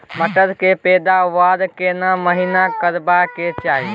मटर के पैदावार केना महिना करबा के चाही?